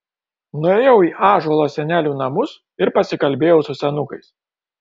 nuėjau į ąžuolo senelių namus ir pasikalbėjau su senukais